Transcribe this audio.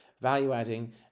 value-adding